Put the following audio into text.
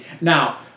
Now